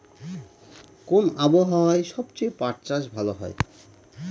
কোন আবহাওয়ায় সবচেয়ে পাট চাষ ভালো হয়?